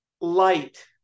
Light